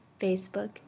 Facebook